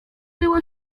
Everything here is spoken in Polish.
było